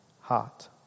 heart